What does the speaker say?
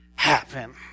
happen